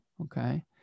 Okay